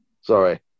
Sorry